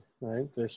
right